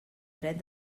dret